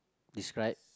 describe